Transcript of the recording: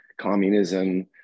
communism